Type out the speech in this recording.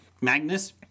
Magnus